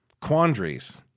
quandaries